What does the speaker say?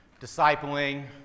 discipling